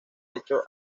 hecho